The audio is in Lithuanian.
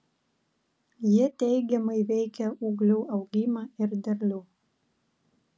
jie teigiamai veikia ūglių augimą ir derlių